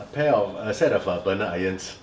a pair of uh a set of burner irons